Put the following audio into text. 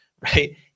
right